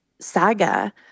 saga